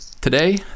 today